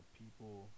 people